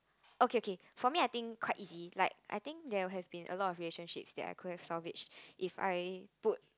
okay okay for me I think quite easy like I think there have been a lot of relationships that I could've solve which if I put